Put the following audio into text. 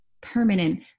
permanent